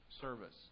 service